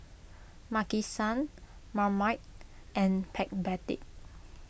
Maki San Marmite and Backpedic